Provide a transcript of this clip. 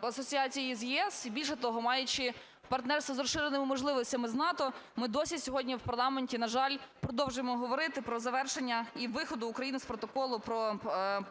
асоціації з ЄС і більше того, маючи партнерство з розширеними можливостями з НАТО, ми досі сьогодні в парламенті, на жаль, продовжуємо говорити про завершення і виходу України з Протоколу про